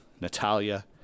Natalia